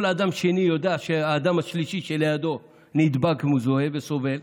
כל אדם שני יודע שהאדם השלישי שלידו נדבק והוא סובל,